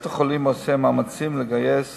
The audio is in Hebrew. בית-החולים עושה מאמצים לגייס